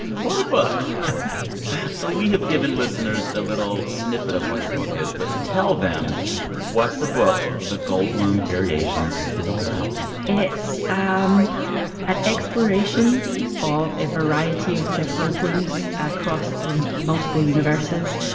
what a book so we have given listeners a little snippet of what the book is, but tell them what the book the goldblum variations is all about it's um an exploration of a variety of jeff goldblums across the multiple universes.